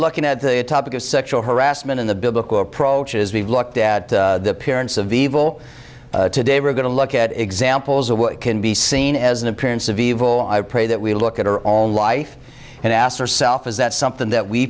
looking at the topic of sexual harassment in the biblical approach as we've looked at the appearance of evil today we're going to look at examples of what can be seen as an appearance of evil i pray that we look at our own life and ask yourself is that something that we